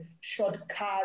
shortcut